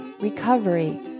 recovery